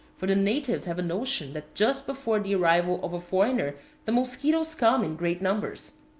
for the natives have a notion that just before the arrival of a foreigner the musquitoes come in great numbers.